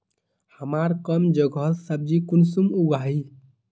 हमार कम जगहत सब्जी कुंसम उगाही?